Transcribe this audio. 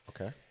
Okay